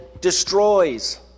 destroys